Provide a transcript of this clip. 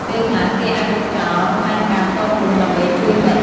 ពេលខ្លះ គេអាចលុបចោលផែនការផ្ទាល់ខ្លួន ដើម្បីជួយមិត្ត។